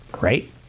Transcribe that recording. Right